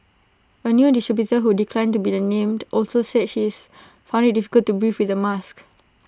A new distributor who declined to be named also said she's found IT difficult to breathe with the mask